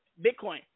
bitcoin